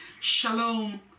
shalom